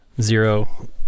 Zero